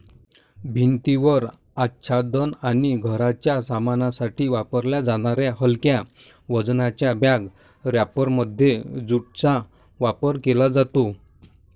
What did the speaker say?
भिंतीवर आच्छादन आणि घराच्या सामानासाठी वापरल्या जाणाऱ्या हलक्या वजनाच्या बॅग रॅपरमध्ये ज्यूटचा वापर केला जातो